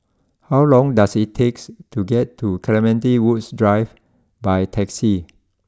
how long does it takes to get to Clementi Woods Drive by taxi